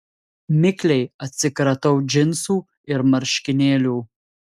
mikliai atsikratau džinsų ir marškinėlių